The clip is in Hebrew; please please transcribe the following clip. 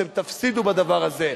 אתם תפסידו בדבר הזה.